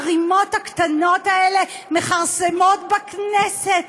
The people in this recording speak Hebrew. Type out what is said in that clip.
הרימות הקטנות האלה מכרסמות בכנסת,